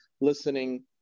listening